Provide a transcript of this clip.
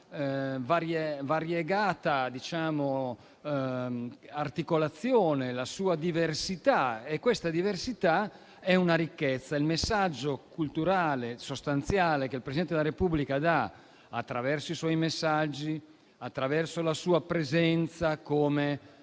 variegata articolazione e la sua diversità e questa diversità è una ricchezza. Penso al messaggio culturale e sostanziale che il Presidente della Repubblica dà attraverso i suoi messaggi e la sua presenza,